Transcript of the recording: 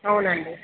అవును అండి